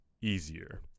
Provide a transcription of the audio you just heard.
easier